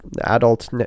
adult